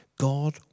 God